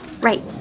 Right